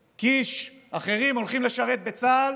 קיש, אחרים, הולכים לשרת בצה"ל